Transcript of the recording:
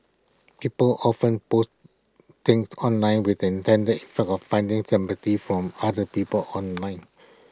people often post things online with the intended effect of finding sympathy from other people online